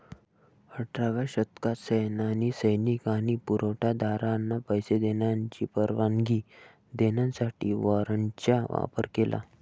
अठराव्या शतकात सैन्याने सैनिक आणि पुरवठा दारांना पैसे देण्याची परवानगी देण्यासाठी वॉरंटचा वापर केला